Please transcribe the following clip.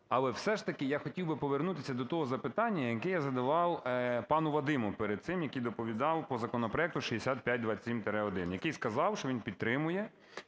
Але, все ж таки, я хотів би повернутися до того запитання, яке я задавав пану Вадиму перед цим, який доповідав по законопроекту 6527-1, який сказав, що він підтримує.